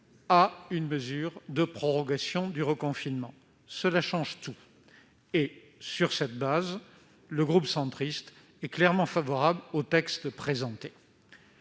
une mesure de prorogation du reconfinement. Cela change tout ! Sur cette base, le groupe Union Centriste est clairement favorable au projet